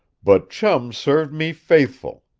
but chum's served me faithful.